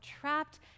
trapped